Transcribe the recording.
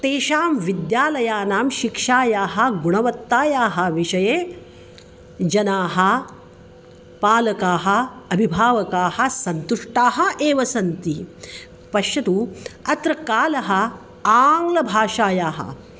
तेषां विद्यालयानां शिक्षायाः गुणवत्तायाः विषये जनाः पालकाः अभिभावकाः सन्तुष्टाः एव सन्ति पश्यतु अत्र कालः आङ्ग्लभाषायाः